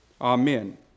Amen